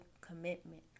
commitment